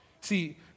See